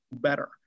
better